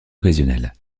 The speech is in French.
occasionnelles